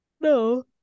No